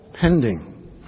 pending